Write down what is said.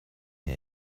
mir